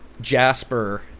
Jasper